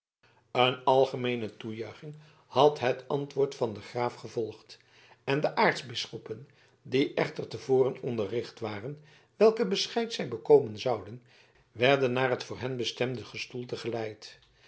een algemeene toejuiching had het antwoord van den graaf gevolgd en de aartsbisschoppen die echter te voren onderricht waren welk bescheid zij bekomen zouden werden naar het voor hen bestemde gestoelte geleid